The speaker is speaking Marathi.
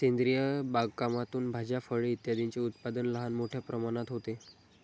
सेंद्रिय बागकामातून भाज्या, फळे इत्यादींचे उत्पादन लहान मोठ्या प्रमाणात होते